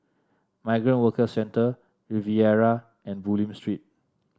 Migrant Workers Centre Riviera and Bulim Street